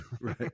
right